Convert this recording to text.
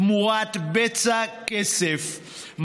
תמורת בצע כסף,